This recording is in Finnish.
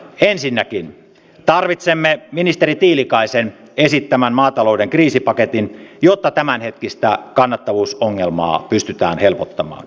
ensinnäkin tarvitsemme ministeri tiilikaisen esittämän maatalouden kriisipaketin jotta tämänhetkistä kannattavuusongelmaa pystytään helpottamaan